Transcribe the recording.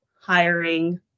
hiring